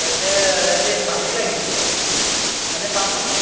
তাকে সেই পানী লাগিছিলে পানী পাম নহয়